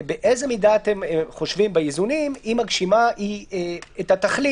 באיזה מידה אתם חושבים באיזונים שהיא מגשימה את התכלית,